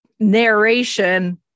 Narration